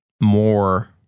more